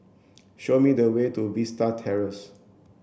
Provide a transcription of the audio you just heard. show me the way to Vista Terrace